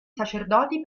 sacerdoti